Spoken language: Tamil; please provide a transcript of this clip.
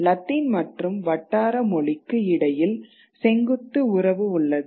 லத்தீன் மற்றும் வட்டாரமொழிக்கு இடையில் செங்குத்து உறவு உள்ளது